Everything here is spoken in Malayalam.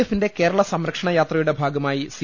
എഫിന്റെ കേരള സംരക്ഷണയാത്രയുടെ ഭാഗമായി സി